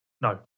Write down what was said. No